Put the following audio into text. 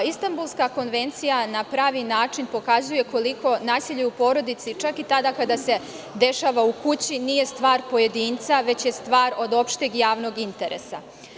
Istanbulska konvencija na pravi način pokazuje koliko nasilje u porodici, čak i tada kada se dešava u kući, nije stvar pojedinca, već je stvar od opšteg javnog interesa.